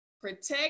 protect